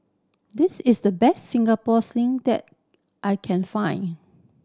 this is the best Singapore Sling that I can find